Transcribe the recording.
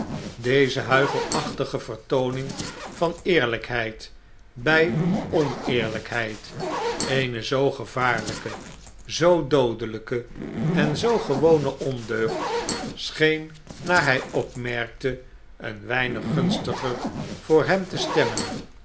deze huichelachtige vertooning van eerlijkheid bij oneerlijkheid eene zoo gevaarlijke zoo doodelijke en zoo gewone ondeugd scheen naar hij opmerkte een weinig gunstiger voor hem te stemmen